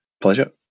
Pleasure